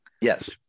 Yes